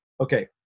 Okay